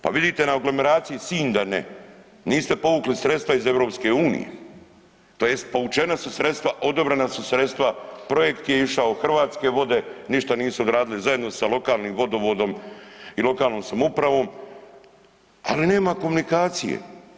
Pa vidite na aglomeraciji Sinj da ne, niste povukli sredstva iz EU tj. povučena su sredstva, odobrena su sredstva, projekt je išao, Hrvatske vode nisu ništa odradile zajedno sa lokalnim vodovodom i lokalnom samoupravom, ali nema komunikacije.